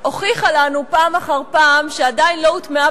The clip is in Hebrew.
היא הוכיחה לנו פעם אחר פעם שעדיין לא הוטמעו